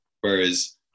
whereas